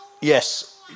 Yes